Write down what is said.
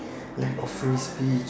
lack of free speech